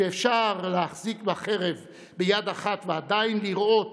שאפשר להחזיק בחרב ביד אחת ועדיין לראות